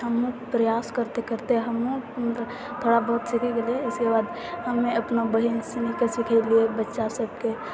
हमहूँ प्रयास करिते करिते हमहूँ थोड़ा बहुत सीखि गेलिए उसके बाद हमे अपना बहिनसनीके सिखेलिए बच्चासबके